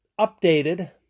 updated